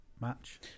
match